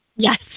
Yes